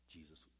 Jesus